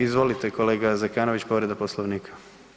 Izvolite, kolega Zekanović, povreda Poslovnika.